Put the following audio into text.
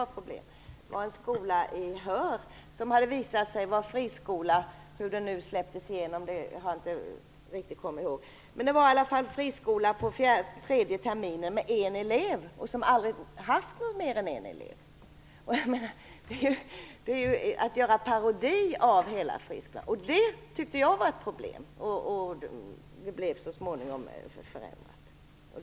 Det var en skola i Höör som visade sig vara en friskola - hur den nu släpptes igenom kommer jag inte riktigt ihåg - på tredje terminen med en elev och som aldrig haft mer än en elev. Det är att göra parodi av hela friskolan. Det tyckte jag var ett problem. Det blev så småningom förändrat.